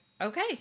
okay